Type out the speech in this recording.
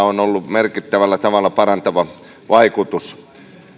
on ollut merkittävällä tavalla parantava vaikutus